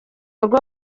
rwo